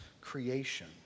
creation